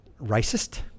racist